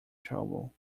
trouble